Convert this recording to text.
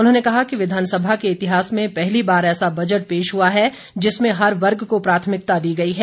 उन्होंने कहा कि विधानसभा के इतिहास में पहली बार ऐसा बजट पेश हुआ है जिसमें हर वर्ग को प्राथमिकता दी गई है